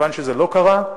כיוון שזה לא קרה,